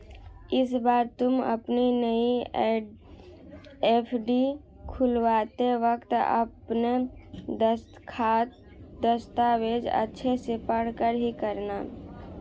इस बार तुम अपनी नई एफ.डी खुलवाते वक्त अपने दस्तखत, दस्तावेज़ अच्छे से पढ़कर ही करना